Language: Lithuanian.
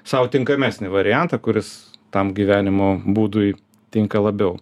sau tinkamesnį variantą kuris tam gyvenimo būdui tinka labiau